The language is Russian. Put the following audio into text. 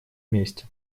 месте